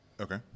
Okay